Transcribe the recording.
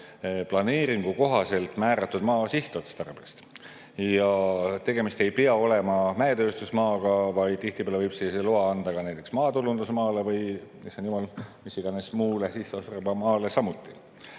planeeringu kohaselt määratud maa sihtotstarbest. Ja tegemist ei pea olema mäetööstusmaaga, vaid tihtipeale võib sellise loa anda ka näiteks maatulundusmaa või mis iganes muu sihtotstarbega maa kohta.